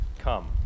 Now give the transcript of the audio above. come